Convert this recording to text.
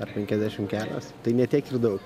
ar penkiasdešimt kelios tai ne tiek ir daug